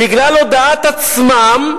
בגלל הודאת עצמם,